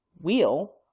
wheel